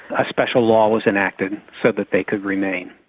a special law was enacted so that they could remain.